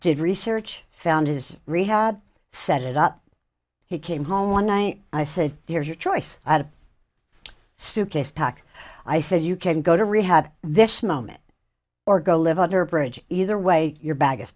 did research found his rehab set it up he came home one night i said here's your choice i had a suitcase packed i said you can go to rehab at this moment or go live under a bridge either way your bag